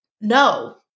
no